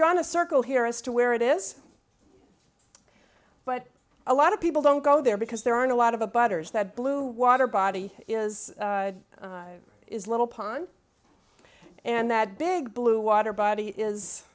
drawn a circle here as to where it is but a lot of people don't go there because there aren't a lot of a butters that bluewater body is is little pond and that big blue water body is